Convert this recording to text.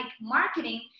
marketing